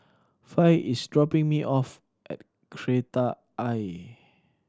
Fay is dropping me off at Kreta Ayer